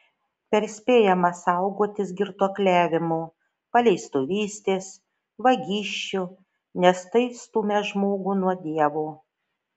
perspėjama saugotis girtuokliavimo paleistuvystės vagysčių nes tai stumią žmogų nuo dievo